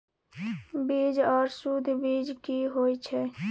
बीज आर सुध बीज की होय छै?